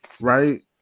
right